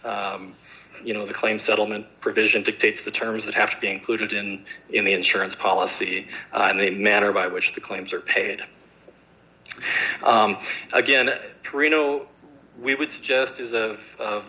you know the claim settlement provision dictates the terms that have to be included in in the insurance policy and the manner by which the claims are paid again perino we would suggest is of